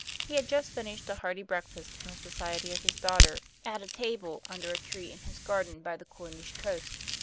he had just finished a hearty breakfast, in the society of his daughter, at a table under a tree in his garden by the cornish coast.